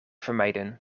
vermijden